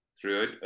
throughout